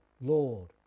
Lord